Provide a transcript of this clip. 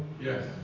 Yes